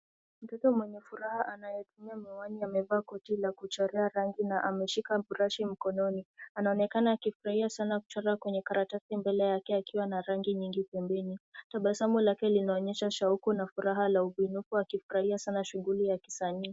Mtoto mwenye furaha anayetumia miwani amevaa koti la kuchorea rangi na ameshika brashi mkononi. Anaonekana akifurahia sana kuchora kwenye karatasi mbele yake akiwa na rangi nyingi pembeni. Tabasamu lake linaonyesha shauku na furaha la ubinu huku akifurahia sana shughuli za kisanii.